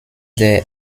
der